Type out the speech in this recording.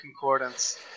concordance